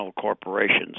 corporations